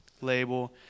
label